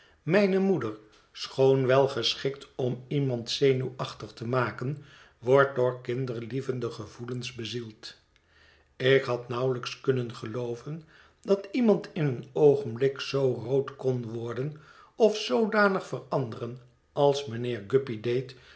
mijne moeder schoon wel geschikt om iemand zenuwachtig te maken wordt door kinderlievende gevoelens bezield ik had nauwelijks kunnen geloo ven dat iemand in een oogenblik zoo rood kon worden of zoodanig veranderen als mijnheer guppy